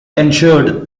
ensured